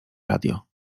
radio